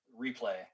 replay